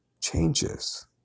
changes